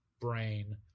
brain